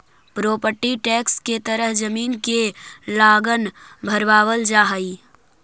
property tax के तहत जमीन के लगान भरवावल जा हई